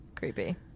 creepy